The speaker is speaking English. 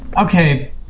Okay